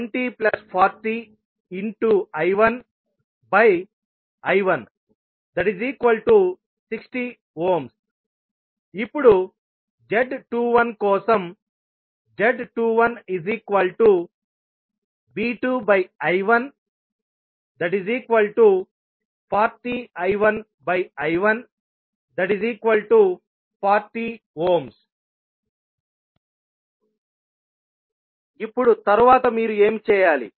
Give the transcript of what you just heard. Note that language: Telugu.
z11V1I12040I1I160 ఇప్పుడు z21 కోసం z21V2I140I1I140 ఇప్పుడు తరువాత మీరు ఏమి చేయాలి